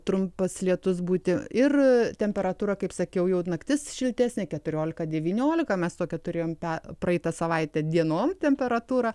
trumpas lietus būti ir temperatūra kaip sakiau jau naktis šiltesnė keturiolika devyniolika mes tokią turėjom pe praeitą savaitę dienom temperatūrą